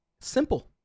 Simple